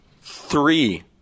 three –